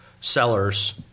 sellers